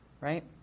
right